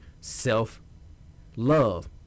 self-love